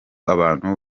abantu